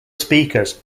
speakers